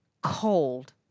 cold